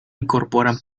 incorporan